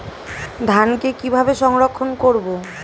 ধানকে কিভাবে সংরক্ষণ করব?